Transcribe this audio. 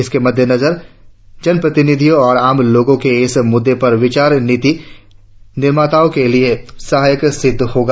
इसके मद्देनजर जनप्रतिनिधियों और आम लोगों के इस मुद्दे पर विचार नीति निर्माताओं के लिए सहायक सिद्ध होगा